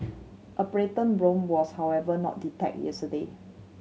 a plankton bloom was however not detected yesterday